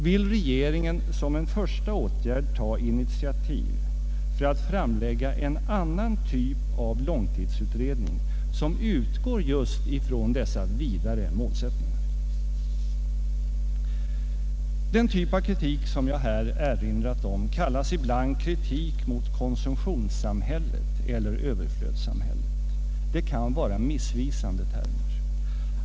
Vill regeringen som en första åtgärd ta initiativ för att framlägga en annan typ av långtidsutredning som utgår just från dessa vidare målsättningar? Den typ av kritik som jag här erinrat om kallas ibland kritik mot konsumtionssamhället eller överflödssamhället. Det kan vara missvisande termer.